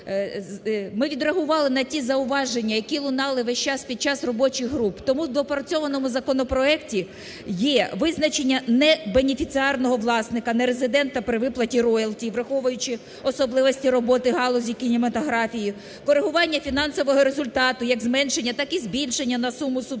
Ми відреагували на ті зауваження, які лунали весь час під час робочих груп. Тому в доопрацьованому законопроекті є визначення небенефіціарного власника, нерезидента при виплаті роялті, враховуючи особливості роботи галузі кінематографії, корегування фінансового результату, як зменшення, так і збільшення на суму субсидій,